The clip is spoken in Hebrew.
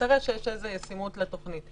תראה שיש איזו ישימות לתוכנית.